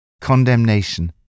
Condemnation